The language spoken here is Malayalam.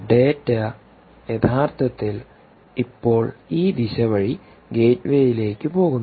ഡാറ്റ യഥാർത്ഥത്തിൽ ഇപ്പോൾ ഈ ദിശ വഴി ഗേറ്റ്വേയിലേക്ക് പോകുന്നു